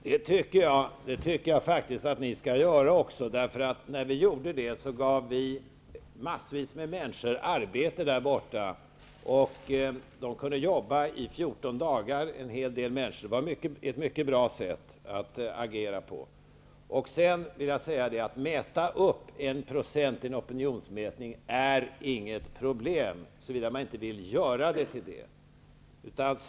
Fru talman! Det tycker jag faktiskt att ni skall göra! När vi gjorde det gav vi massvis med människor där borta arbete. En hel del människor kunde jobba i 14 dagar. Det var ett mycket bra sätt att agera. Att mäta upp 1 % i en opinionsmätning är inget problem såvida man inte vill göra det till ett problem.